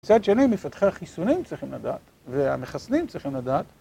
מצד שני, מפתחי החיסונים צריכים לדעת, והמחסנים צריכים לדעת.